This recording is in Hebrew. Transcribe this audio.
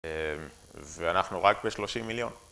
ואנחנו רק ב-30 מיליון.